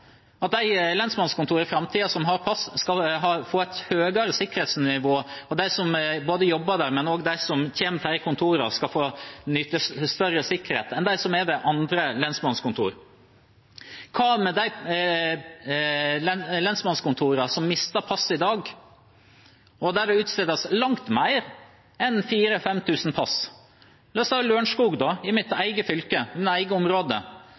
at de lensmannskontorene som skal utstede pass i framtiden, skal få et høyere sikkerhetsnivå, at både de som jobber der, og også de som kommer til disse kontorene, skal få nyte større sikkerhet enn ved andre lensmannskontor? Hva med de lensmannskontorene som mister utstedelse av pass i dag – der det utstedes langt flere enn 4 000–5 000 pass? La oss ta Lørenskog, i mitt eget fylke og område: